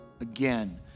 again